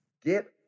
get